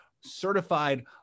certified